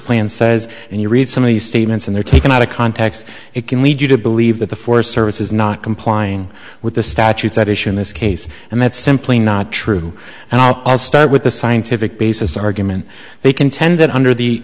plan says and you read some of these statements and they're taken out of context it can lead you to believe that the forest service is not complying with the statutes at issue in this case and that's simply not true and i'll start with the scientific basis argument they contend that under the